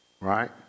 right